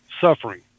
suffering